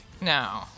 No